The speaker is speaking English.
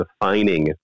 defining